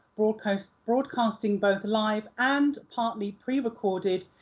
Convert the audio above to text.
broadcasting broadcasting both live and partly pre-recorded,